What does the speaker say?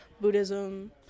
Buddhism